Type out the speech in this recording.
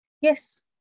Yes